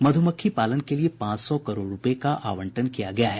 मधुमक्खी पालन के लिए पांच सौ करोड रूपये का आवंटन किया गया है